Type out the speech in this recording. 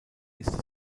ist